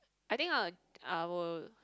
I think I'll I will